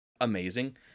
amazing